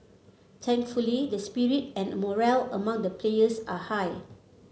thankfully the spirit and morale among the players are high